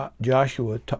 Joshua